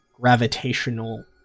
gravitational